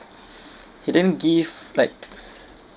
he didn't give like